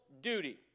duty